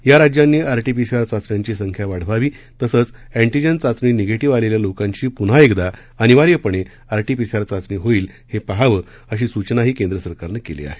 या राज्यांनी आरटीपीसीआर चाचण्यांची संख्या वाढवावी तसंच अँटीजेन चाचणी निगेटीव्ह आलेल्या लोकांची पुन्हा एकदा अनिवार्यपणे आरटीपीसीआर चाचणी होईल हे पहावं अशी सूचनाही केंद्र सरकारनं केली आहे